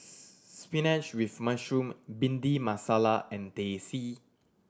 spinach with mushroom Bhindi Masala and Teh C